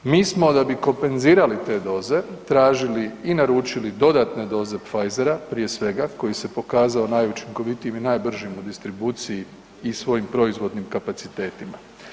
Mi smo, da bismo kompenzirali te doze, tražili i naručili dodatne doze Pfizera, prije svega, koji se pokazao najučinkovitijim i najbržim u distribuciji i svojim proizvodnim kapacitetima.